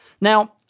Now